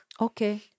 Okay